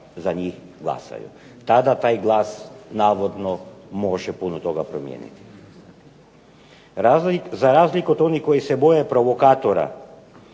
za njih glasaju. Tada taj glas navodno može puno toga promijeniti. Za razliku od onih koji se boje provokatora,